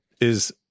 is-